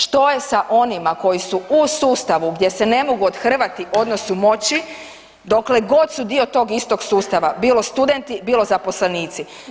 Što je sa onima koji su sustavu gdje se ne mogu othrvati odnosu dokle god su dio tog istog sustava, bilo studenti, bilo zaposlenici?